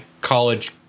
college